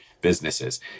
businesses